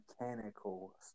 mechanical